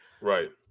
right